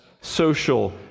social